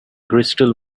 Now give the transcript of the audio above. crystal